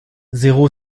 zéro